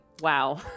Wow